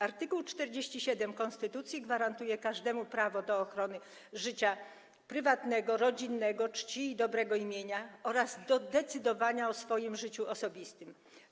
Art. 47 Konstytucji gwarantuje każdemu prawo do ochrony życia prywatnego, rodzinnego, czci i dobrego imienia oraz decydowania o swoim życiu osobistym.